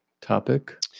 topic